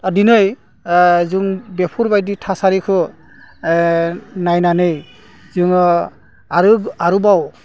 दा दिनै जों बेफोरबायदि थासारिखौ नायनानै जोङो आरो आरोबाव